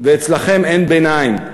ואצלכם אין ביניים.